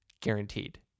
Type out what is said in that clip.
guaranteed